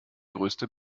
größte